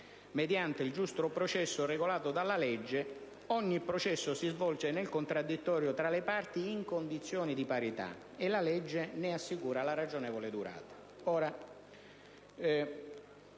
mediante il giusto processo regolato dalla legge. Ogni processo si svolge nel contraddittorio tra le parti, in condizioni di parità (...). La legge ne assicura la ragionevole durata».